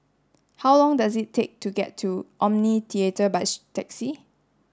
how long does it take to get to Omni Theatre by taxi